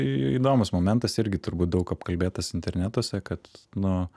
įdomus momentas irgi turbūt daug apkalbėtas internetuose kad nu